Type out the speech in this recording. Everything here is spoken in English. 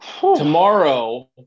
tomorrow